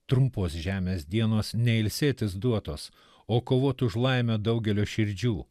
trumpos žemės dienos ne ilsėtis duotos o kovot už laimę daugelio širdžių